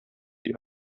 die